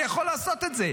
אני יכול לעשות את זה.